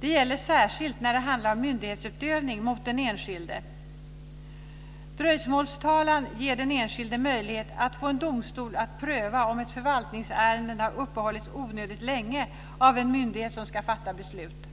Det gäller särskilt när det handlar om myndighetsutövning mot den enskilde. Dröjsmålstalan ger den enskilde möjlighet att få en domstol att pröva om ett förvaltningsärende har uppehållits onödigt länge av en myndighet som ska fatta beslut.